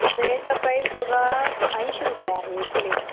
भेळचा price बघा ऐंशी रुपये आहे एक प्लेट